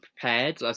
prepared